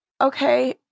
Okay